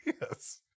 Yes